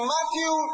Matthew